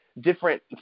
different